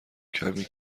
کمی